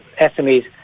SMEs